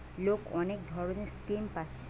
লোক অনেক ধরণের স্কিম পাচ্ছে